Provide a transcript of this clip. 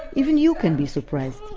even you can be surprised!